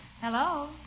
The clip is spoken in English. Hello